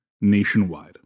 nationwide